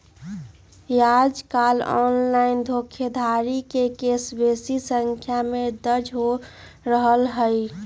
याजकाल ऑनलाइन धोखाधड़ी के केस बेशी संख्या में दर्ज हो रहल हइ